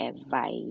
advice